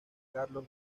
carlos